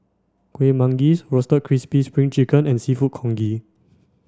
Kuih Manggis roasted crispy spring chicken and seafood congee